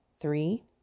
Three